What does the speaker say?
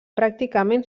pràcticament